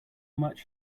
much